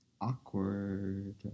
Awkward